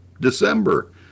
December